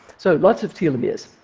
so lots of telomeres.